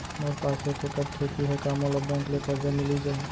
मोर पास एक एक्कड़ खेती हे का मोला बैंक ले करजा मिलिस जाही?